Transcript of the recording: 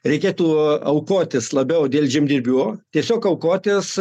reikėtų aukotis labiau dėl žemdirbių tiesiog aukotis